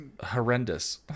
horrendous